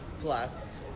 Plus